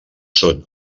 són